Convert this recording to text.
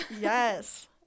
yes